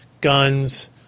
guns